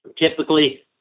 Typically